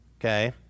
Okay